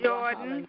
Jordan